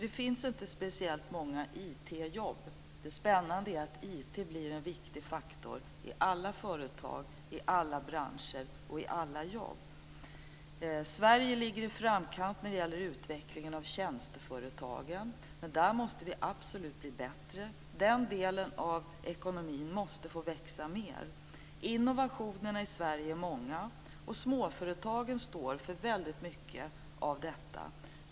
Det finns inte speciellt många IT-jobb - det spännande är att IT blir en viktig faktor i alla företag, i alla branscher och i alla jobb. Sverige ligger också i framkant när det gäller utvecklingen av tjänsteföretagen. Men där måste vi absolut bli bättre. Den delen av ekonomin måste få växa mer. Innovationerna i Sverige är många, och småföretagen står för väldigt mycket av detta.